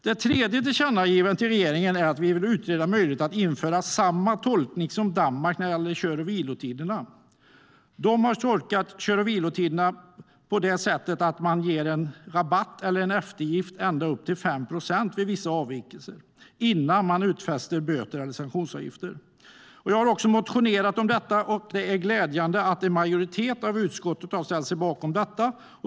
Det tredje tillkännagivandet till regeringen handlar om att vi vill utreda möjligheten att införa samma tolkning som Danmark har när det gäller kör och vilotiderna. De har tolkat kör och vilotiderna på det sättet att de ger en eftergift på ända upp till 5 procent vid vissa avvikelser innan de ger böter eller sanktionsavgifter. Jag har motionerat om detta, och det är glädjande att en majoritet i utskottet har ställt sig bakom detta.